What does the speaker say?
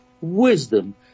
wisdom